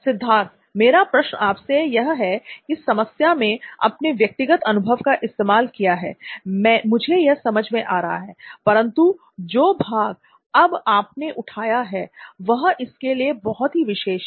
सिद्धार्थ मेरा प्रश्न आपसे यह है कि इस समस्या में अपने व्यक्तिगत अनुभव का इस्तेमाल किया है मुझे यह समझ में आता है परंतु जो भाग अब आपने उठाया है वह इसके लिए बहुत ही विशेष है